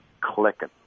clicking